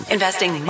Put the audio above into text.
Investing